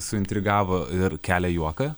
suintrigavo ir kelia juoką